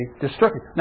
destructive